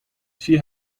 she